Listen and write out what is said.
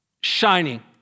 shining